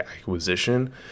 acquisition